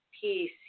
peace